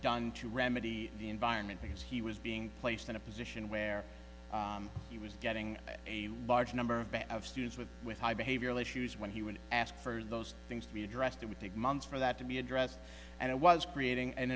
done to remedy the environment because he was being placed in a position where he was getting a large number of students with with high behavioral issues when he would ask for those things to be addressed it would take months for that to be addressed and it was creating an